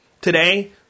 Today